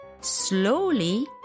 Slowly